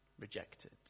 Rejected